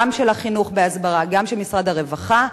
גם של החינוך, בהסברה, וגם של משרד הרווחה,